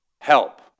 help